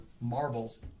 marbles